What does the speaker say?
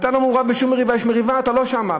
אתה לא מעורב בשום מריבה, יש מריבה אתה לא שם.